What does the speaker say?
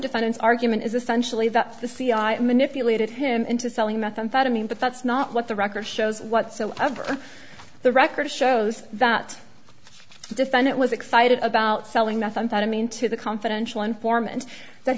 defendants argument is essentially that the cia manipulated him into selling methamphetamine but that's not what the record shows whatsoever the record shows that the defendant was excited about selling methamphetamine to the confidential informant